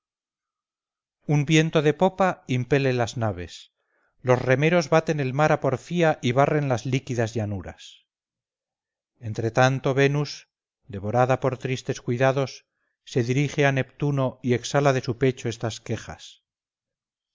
un viento de popa impele las naves los remeros baten el mar a porfía y barren las líquidas llanuras entre tanto venus devorada por tristes cuidados se dirige a neptuno y exhala de su pecho estas quejas